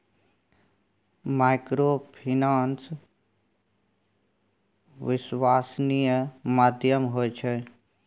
Microfinance विश्वासनीय माध्यम होय छै?